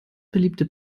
beliebte